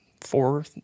four